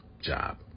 job